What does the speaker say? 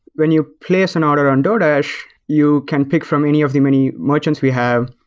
when you place an order on doordash, you can pick from any of the many merchants we have.